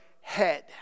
head